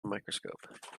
microscope